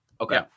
Okay